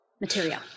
Material